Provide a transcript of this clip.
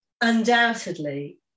undoubtedly